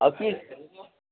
office